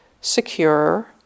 secure